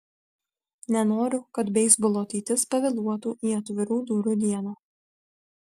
nenoriu kad beisbolo ateitis pavėluotų į atvirų durų dieną